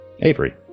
Avery